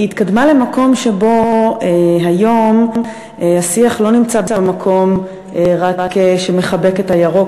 היא התקדמה למקום שבו היום השיח לא נמצא רק במקום שמחבק את הירוק